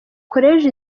college